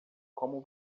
como